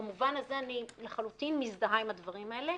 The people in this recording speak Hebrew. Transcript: במובן הזה אני לחלוטין מזדהה עם הדברים האלה.